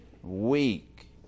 Weak